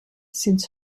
since